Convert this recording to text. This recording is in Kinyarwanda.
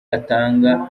atanga